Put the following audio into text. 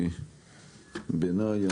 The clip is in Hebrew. שבעיניי,